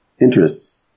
interests